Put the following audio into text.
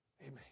Amen